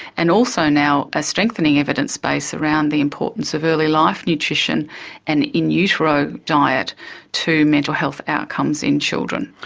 and also now a strengthening evidence base around the importance of early life nutrition and in utero diet to mental health outcomes in children.